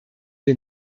wir